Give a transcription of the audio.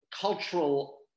cultural